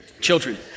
Children